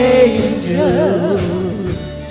angels